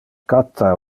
cata